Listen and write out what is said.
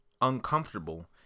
uncomfortable